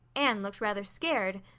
anne looked rather scared.